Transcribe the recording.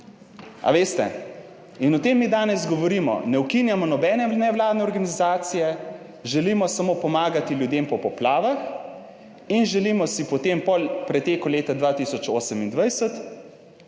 A veste? In o tem mi danes govorimo, ne ukinjamo nobene nevladne organizacije, želimo samo pomagati ljudem po poplavah in želimo si potem po preteku leta 2028,